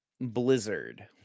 Blizzard